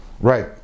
Right